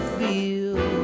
feel